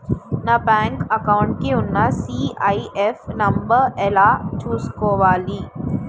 నా bank account కి ఉన్న సి.ఐ.ఎఫ్ నంబర్ ఎలా చూసుకోవాలి?